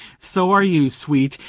so are you, sweet,